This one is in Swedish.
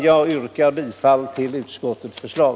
Jag yrkar bifall till utskottets hemställan.